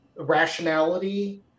rationality